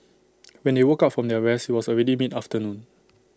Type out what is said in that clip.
when they woke up from their rest was already mid afternoon